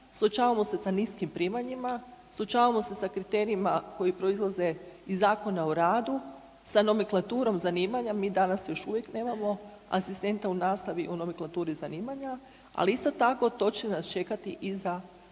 suočavamo se sa niskim primanjima, suočavamo se sa kriterijima koji proizlaze iz Zakona o radu, sa nomenklaturom zanimanja, mi danas još uvijek nemamo asistenta u nastavi u nomenklaturi zanimanja, ali isto tako to će nas čekati i za asistente